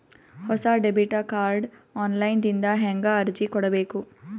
ಹೊಸ debit card online ದಿಂದ ಹೇಂಗ ಅರ್ಜಿ ಕೊಡಬೇಕು?